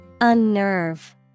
Unnerve